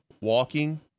walking